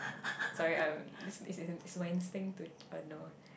sorry I'm this it's my instinct to uh know